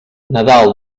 nadal